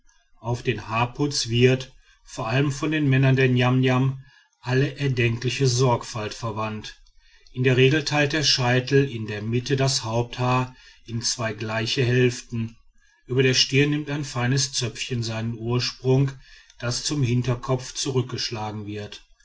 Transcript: auf den haarputz wird vor allem von den männern der niamniam alle erdenkliche sorgfalt verwandt in der regel teilt der scheitel in der mitte das haupthaar in zwei gleiche hälften über der stirn nimmt ein feines zöpfchen seinen ursprung das zum hinterkopf zurückgeschlagen wird